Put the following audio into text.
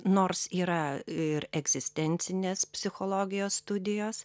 nors yra ir egzistencinės psichologijos studijos